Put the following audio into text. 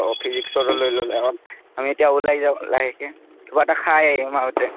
অঁ ফিজিক্সৰ লৈ ল'লে হ'ল আমি এতিয়া ওলাই যাওঁ লাহেকে কিবা এটা খাই আহিম আহোঁতে